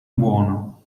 buono